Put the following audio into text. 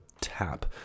tap